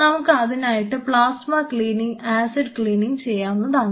നമുക്ക് അതിനായിട്ട് plasma cleaning acid cleaning ചെയ്യാവുന്നതാണ്